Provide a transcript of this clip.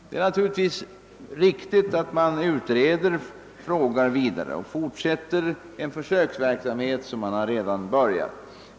Det är naturligtvis riktigt att man ut reder frågan vidare och fortsätter en försöksverksamhet som man redan har börjat.